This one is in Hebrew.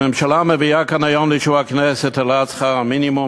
הממשלה מביאה כאן היום לאישור הכנסת את העלאת שכר המינימום.